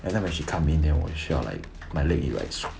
and then when she come in then 我需要 like my leg will like